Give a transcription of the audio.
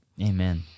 Amen